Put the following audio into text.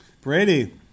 Brady